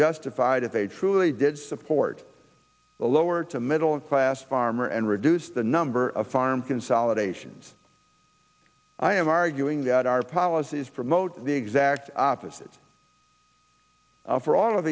justified if they truly did support a lower to middle class farmer and reduce the number of farm consolidations i am arguing that our policies promote the exact opposite for all of